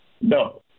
No